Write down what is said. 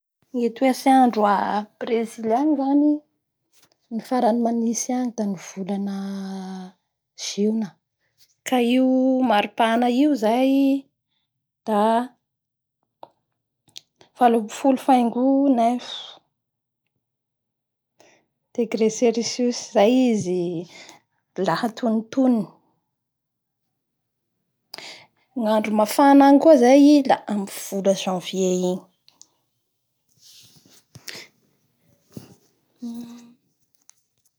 Feno ora ny a Bresily agny lafa desambra jusque amin'ny volana may igny. Da ny maropahana agny moa da telopolo degré eo, da eo koa ny roa ambin'ny roapolo degré.